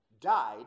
died